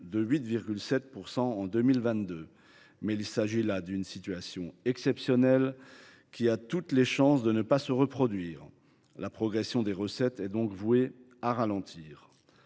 de 8,7 % en 2022, mais il s’agit là d’une situation exceptionnelle, qui a toutes les chances de ne pas se reproduire. La progression des recettes est donc vouée à ralentir.